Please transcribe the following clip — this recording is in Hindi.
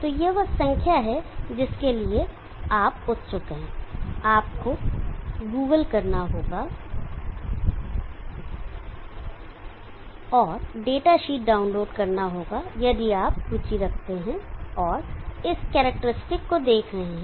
तो यह वह संख्या है जिसके लिए आप उत्सुक हैं आपको Google करना होगा और डेटा शीट डाउनलोड करना होगा यदि आप रुचि रखते हैं और इस करैक्टेरिस्टिक को देख रहे हैं